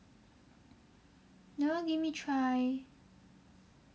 never give me try